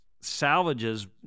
salvages